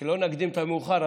לא נקדים את המאוחר,